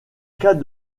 cas